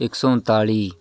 ਇੱਕ ਸੌ ਉਨਤਾਲੀ